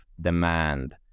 demand